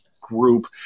group